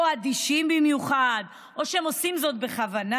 אדישים במיוחד או שהם עושים זאת בכוונה,